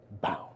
bound